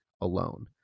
alone